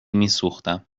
میسوختم